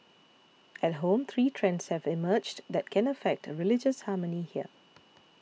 at home three trends have emerged that can affect religious harmony here